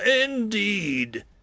Indeed